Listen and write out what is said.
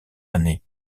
année